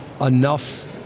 enough